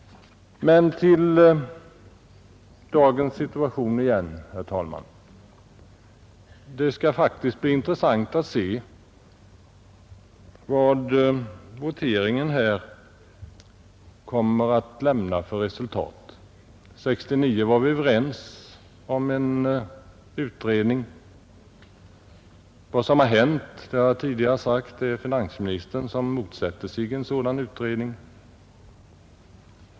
Men till dagens situation igen, herr talman! Det skall faktiskt bli intressant att se vad voteringen kommer att lämna för resultat. År 1969 var vi överens om en utredning. Vad som har hänt är, som jag tidigare sagt, att finansministern motsatt sig denna utredning.